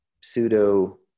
pseudo